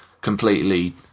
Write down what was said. completely